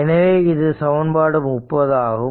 எனவே இது சமன்பாடு 30 ஆகும்